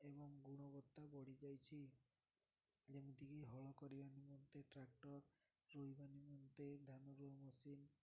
ଏବଂ ଗୁଣବତ୍ତା ବଢ଼ିଯାଇଛି ଯେମିତିକି ହଳ କରିବା ନିମନ୍ତେ ଟ୍ରାକ୍ଟର ରୋଇବା ନିମନ୍ତେ ଧାନ ରୁଆ ମସିନ୍